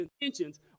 intentions